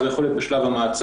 זה יכול להיות בשלב המעצר,